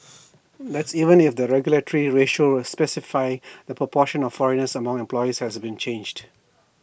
that's even if the regulatory ratio specifying the proportion of foreigners among employees has been changed